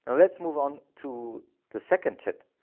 let's move on to the second tip.